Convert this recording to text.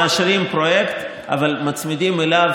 שמאשרים פרויקט אבל מצמידים אליו,